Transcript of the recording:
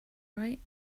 right